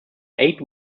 eight